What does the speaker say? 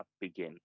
begin